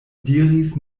diris